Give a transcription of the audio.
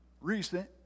recent